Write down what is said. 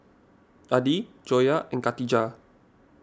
Adi Joyah and Katijah